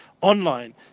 online